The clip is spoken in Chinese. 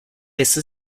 类似